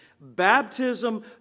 baptism